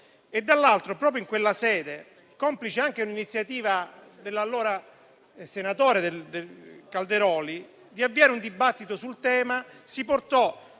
e, dall'altro, proprio in quella sede, complice anche un'iniziativa dell'allora senatore Calderoli di avviare un dibattito sul tema, si